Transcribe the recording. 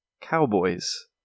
Cowboys